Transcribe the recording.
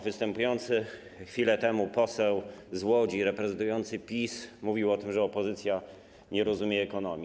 Występujący chwilę temu poseł z Łodzi reprezentujący PiS mówił o tym, że opozycja nie rozumie ekonomii.